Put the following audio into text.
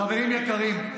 חברים יקרים,